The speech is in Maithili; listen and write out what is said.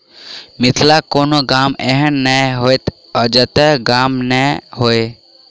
मिथिलाक कोनो गाम एहन नै होयत जतय गाछी नै हुए